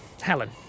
Helen